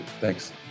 Thanks